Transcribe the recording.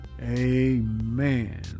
Amen